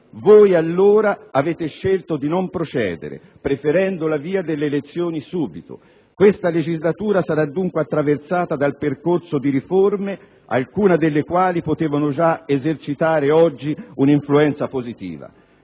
Voi allora avete scelto di non procedere preferendo la via delle elezioni subito. Questa legislatura sarà dunque attraversata dal percorso di riforme alcune delle quali già oggi avrebbero potuto esercitare un'influenza positiva: